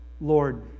Lord